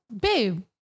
babe